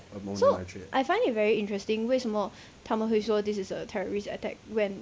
so I find it very interesting 为什么他们会说 this is a terrorist attack when